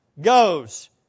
goes